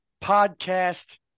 podcast